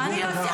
--- מי את בכלל?